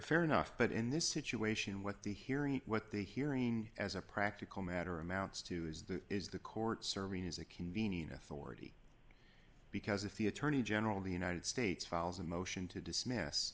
fair enough but in this situation what the hearing what the hearing as a practical matter amounts to is that is the court serving as a convening authority because if the attorney general of the united states files a motion to dismiss